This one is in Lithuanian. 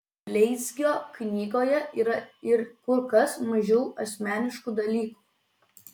bleizgio knygoje yra ir kur kas mažiau asmeniškų dalykų